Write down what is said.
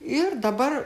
ir dabar